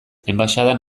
enbaxadan